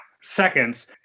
seconds